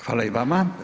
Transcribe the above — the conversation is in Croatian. Hvala i vama.